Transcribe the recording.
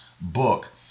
book